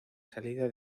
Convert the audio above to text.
salida